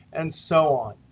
and so on.